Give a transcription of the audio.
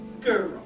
girl